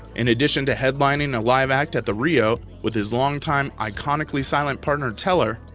in addition to headlining a live act at the rio with his long-time iconically silent partner teller,